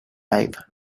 life